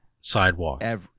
sidewalk